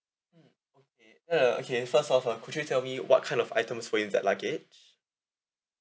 mm okay uh okay first off uh could you tell me what kind of items were inside luggage